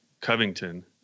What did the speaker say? Covington